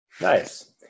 Nice